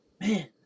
man